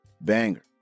banger